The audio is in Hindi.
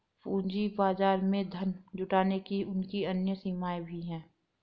पूंजी बाजार में धन जुटाने की उनकी अन्य सीमाएँ भी हैं